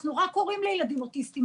אנחנו רק הורים לילדים אוטיסטים,